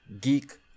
geek